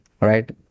right